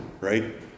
right